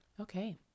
Okay